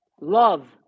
Love